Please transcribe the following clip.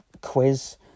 quiz